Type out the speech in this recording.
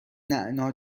نعنا